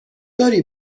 داری